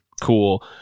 cool